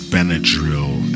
Benadryl